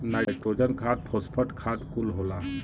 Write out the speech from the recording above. nitrogen खाद phosphate खाद कुल होला